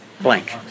Blank